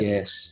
Yes